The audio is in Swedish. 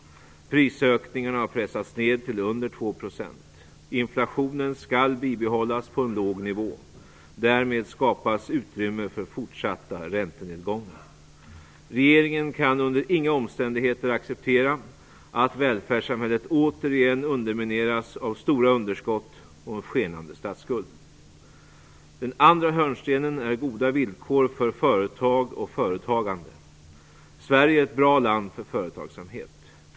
Prisökningarna har pressats ned till under 2 %. Inflationen skall bibehållas på en låg nivå. Därmed skapas utrymme för fortsatta räntenedgångar. Regeringen kan under inga omständigheter acceptera att välfärdssamhället återigen undermineras av stora underskott och en skenande statsskuld. Den andra hörnstenen är goda villkor för företag och företagande. Sverige är ett bra land för företagsamhet.